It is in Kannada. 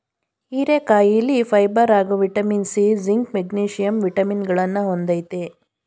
ಹೀರೆಕಾಯಿಲಿ ಫೈಬರ್ ಹಾಗೂ ವಿಟಮಿನ್ ಸಿ, ಜಿಂಕ್, ಮೆಗ್ನೀಷಿಯಂ ವಿಟಮಿನಗಳನ್ನ ಹೊಂದಯ್ತೆ